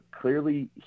clearly